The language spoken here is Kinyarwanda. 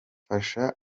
mfasha